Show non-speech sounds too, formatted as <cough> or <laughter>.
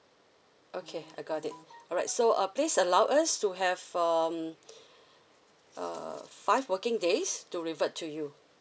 okay I got it alright so uh please allow us to have um <breath> uh five working days to revert to you